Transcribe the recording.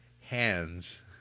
hands